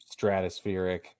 Stratospheric